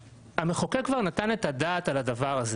המחוקק כבר נתן אתה דעת על הדבר הזה.